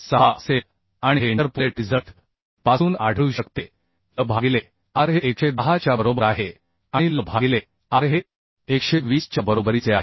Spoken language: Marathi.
06 असेल आणि हे इंटरपोलेट रिझल्ट पासून आढळू शकते l भागिले r हे 110 च्या बरोबर आहे आणि l भागिले r हे 120 च्या बरोबरीचे आहे